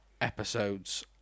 episodes